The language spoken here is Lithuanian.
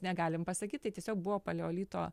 negalim pasakyt tai tiesiog buvo paleolito